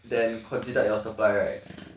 than consider your supply right